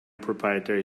proprietary